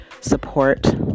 support